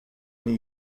new